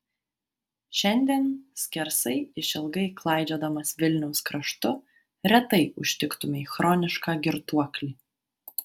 šiandien skersai išilgai klaidžiodamas vilniaus kraštu retai užtiktumei chronišką girtuoklį